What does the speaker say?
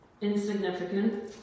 insignificant